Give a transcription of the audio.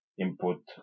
Input